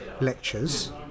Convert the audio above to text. lectures